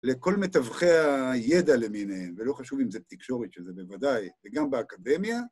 לכל מתווכי הידע למיניהם, ולא חשוב אם זה בתקשורת שזה בוודאי, וגם באקדמיה.